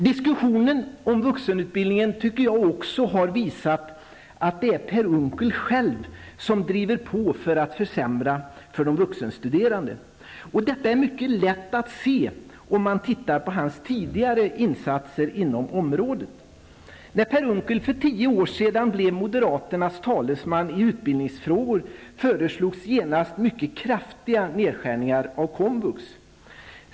Diskussionen om vuxenutbildningen har också visat att det är Per Unckel själv som driver på för att försämra för de vuxenstuderande. Detta är mycket lätt att se om man tittar på hans tidigare insatser på området. När Per Unckel för tio år sedan blev moderaternas talesman i utbildningsfrågor föreslogs genast mycket kraftiga nedskärningar av komvux.